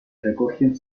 recogen